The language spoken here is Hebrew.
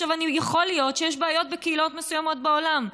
יכול להיות שיש בעיות בקהילות מסוימות בעולם.